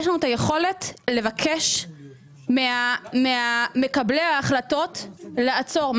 יש לנו את היכולת לבקש ממקבלי ההחלטות לעצור.